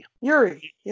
Yuri